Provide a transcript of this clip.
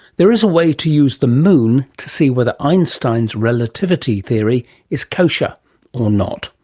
there is a way to use the moon to see whether einstein's relativity theory is kosher or not.